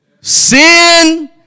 Sin